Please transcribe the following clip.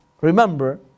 remember